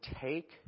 take